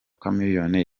chameleone